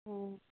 ꯑꯣ